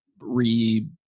re-